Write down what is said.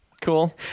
Cool